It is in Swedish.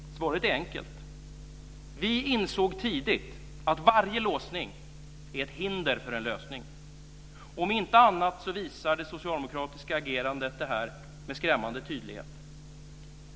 Svaret är enkelt. Vi insåg tidigt att varje låsning är ett hinder för en lösning. Om inte annat visar det socialdemokratiska agerandet detta med skrämmande tydlighet.